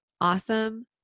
awesome